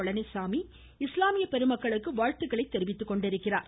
பழனிச்சாமி இஸ்லாமிய பெருமக்களுக்கு வாழ்த்துக்களை தெரிவித்துள்ளார்